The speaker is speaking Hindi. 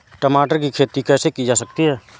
टमाटर की खेती कैसे की जा सकती है?